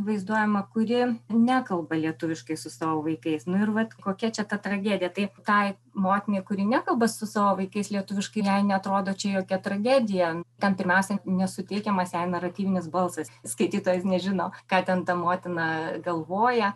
vaizduojama kuri nekalba lietuviškai su savo vaikais nu ir vat kokia čia ta tragedija taip tai motinai kuri nekalba su savo vaikais lietuviškai jai neatrodo čia jokia tragedija ten pirmiausia nesuteikiamas jai naratyvinis balsas skaitytojas nežino ką ten ta motina galvoja